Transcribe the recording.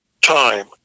time